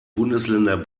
bundesländer